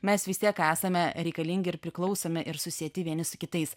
mes vis tiek esame reikalingi ir priklausomi ir susieti vieni su kitais